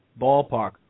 ballpark